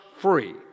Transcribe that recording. free